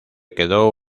quedó